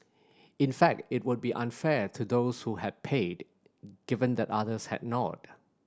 in fact it would be unfair to those who had paid given that others had not